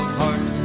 heart